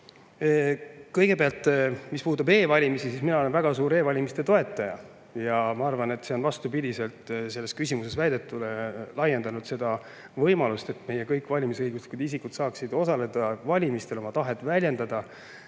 Kõigepealt, mis puudutab e‑valimisi, siis mina olen väga suur e‑valimiste toetaja. Ma arvan, et see on vastupidiselt selles küsimuses väidetule laiendanud võimalust, et meie kõik valimisõiguslikud isikud saaksid osaleda valimistel, oma tahet väljendada.